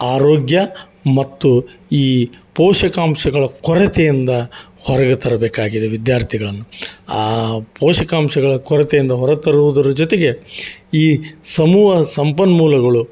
ಆರೋಗ್ಯ ಮತ್ತು ಈ ಪೋಷಕಾಂಶಗಳ ಕೊರತೆಯಿಂದ ಹೊರಗೆ ತರಬೇಕಾಗಿದೆ ವಿದ್ಯಾರ್ಥಿಗಳನ್ನು ಆ ಪೋಷಕಾಂಶಗಳ ಕೊರತೆಯಿಂದ ಹೊರ ತರುವುದ್ರ ಜೊತೆಗೆ ಈ ಸಮೂಹ ಸಂಪನ್ಮೂಲಗಳು